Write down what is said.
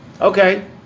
Okay